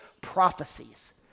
prophecies